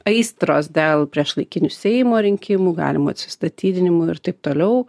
aistros dėl priešlaikinių seimo rinkimų galimų atsistatydinimų ir taip toliau